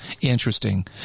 Interesting